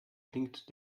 blinkt